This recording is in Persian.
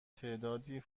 تعدادی